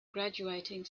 graduating